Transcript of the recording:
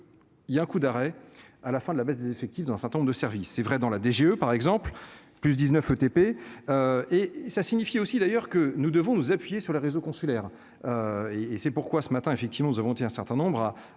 il y a un coup d'arrêt à la fin de la baisse des effectifs d'un certain nombre de services, c'est vrai dans la DGE, par exemple, plus 19 ETP et ça signifie aussi d'ailleurs que nous devons nous appuyer sur les réseaux consulaires et et c'est pourquoi ce matin, effectivement, nous avons été un certain nombre à